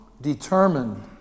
determined